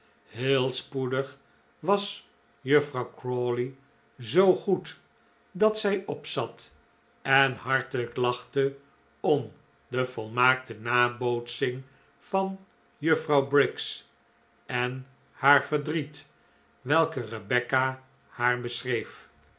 heel spoedig was juffrouw crawley zoo goed dat zij op zat en hartelijk lachte om de volmaakte nabootsing van juffrouw briggs en haar verdriet welke rebecca haar beschreef